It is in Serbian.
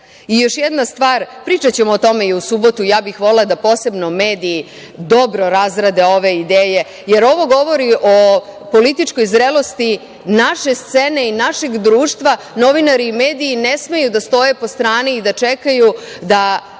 još jedna stvar, pričaćemo o tome i u subotu, ja bih volela da posebno mediji dobro razrade ove ideje, jer ovo govori o političkoj zrelosti naše scene i našeg društva, novinari i mediji ne smeju da stoje po strani i da čekaju da